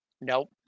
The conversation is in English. Nope